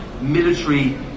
military